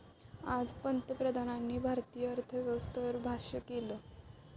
आज पंतप्रधानांनी भारतीय अर्थव्यवस्थेवर भाष्य केलं